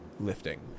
Lifting